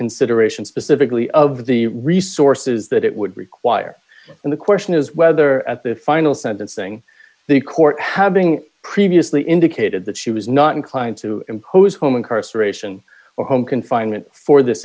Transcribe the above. consideration specifically of the resources that it would require and the question is whether at the final sentencing the court having previously indicated that she was not inclined to impose home incarceration or home confinement for this